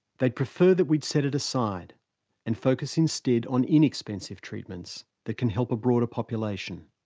they'd prefer that we set it aside and focus instead on inexpensive treatments that can help a broader population.